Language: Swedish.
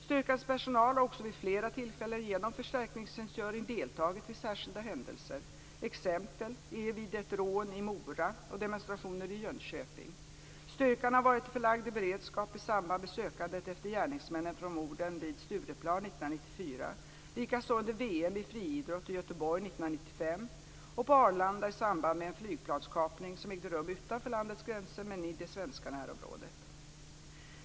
Styrkans personal har också vid flera tillfällen genom förstärkningstjänstgöring deltagit vid särskilda händelser. Exempel är vid ett rån i Mora och demonstrationer i Jönköping. Styrkan har varit förlagd i beredskap i samband med sökandet efter gärningsmännen från morden vid Stureplan 1994, likaså under VM i friidrott i Göteborg 1995 och på Arlanda i samband med en flygplanskapning som ägde rum utanför landets gränser men i det svenska närområdet.